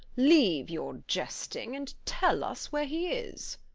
leave your jesting, and tell us where he is.